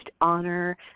honor